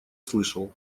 слышал